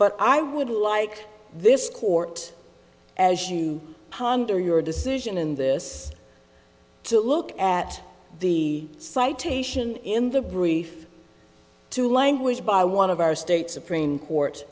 but i would like this court as you ponder your decision in this to look at the citation in the brief to language by one of our state supreme court